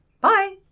Bye